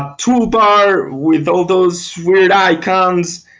tool bar with all those weird icons,